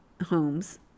homes